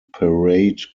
parade